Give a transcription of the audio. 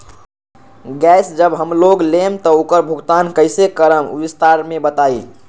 Gas जब हम लोग लेम त उकर भुगतान कइसे करम विस्तार मे बताई?